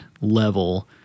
level